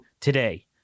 today